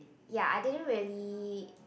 ya I didn't really